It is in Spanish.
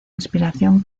inspiración